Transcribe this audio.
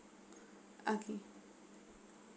okay